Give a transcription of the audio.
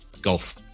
Golf